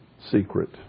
secret